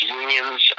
unions